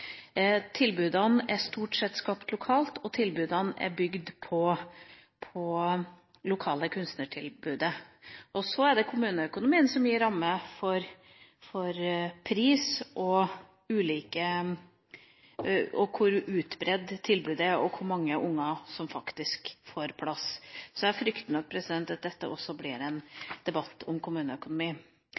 Tilbudene er stort sett skapt lokalt, og tilbudene er bygd på det lokale kunstnertilbudet. Så er det kommuneøkonomien som gir rammer for pris, for hvor utbredt tilbudet er, og for hvor mange unger som faktisk får plass. Så jeg frykter at dette også blir en debatt om kommuneøkonomi.